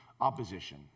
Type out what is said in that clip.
opposition